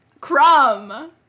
crumb